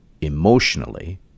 emotionally